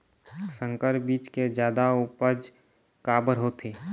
संकर बीज के जादा उपज काबर होथे?